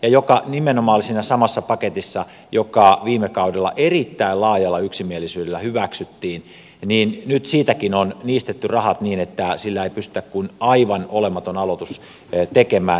se nimenomaan oli siinä samassa paketissa joka viime kaudella erittäin laajalla yksimielisyydellä hyväksyttiin ja nyt siitäkin on niistetty rahat niin että ei pystytä tekemään kuin aivan olematon aloitus